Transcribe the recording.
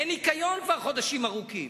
אין ניקיון כבר חודשים ארוכים.